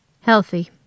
Healthy